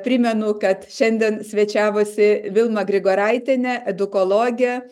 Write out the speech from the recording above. primenu kad šiandien svečiavosi vilma grigoraitienė edukologė